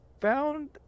found